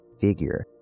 figure